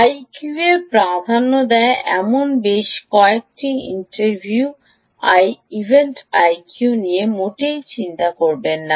IQ প্রাধান্য দেয় এমন বেশ কয়েকটি ইভেন্ট আইকিউ নিয়ে মোটেই চিন্তা করবেন না